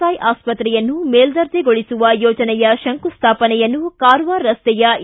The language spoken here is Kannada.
ಐ ಆಸ್ವತ್ರೆಯನ್ನು ಮೇಲ್ದರ್ಜಿಗೊಳಿಸುವ ಯೋಜನೆಯ ಶಂಕುಸ್ಥಾಪನೆಯನ್ನು ಕಾರವಾರ ರಸ್ತೆಯ ಇ